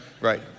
Right